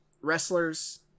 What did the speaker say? wrestlers